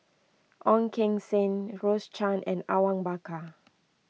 Ong Keng Sen Rose Chan and Awang Bakar